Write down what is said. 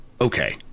okay